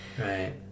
right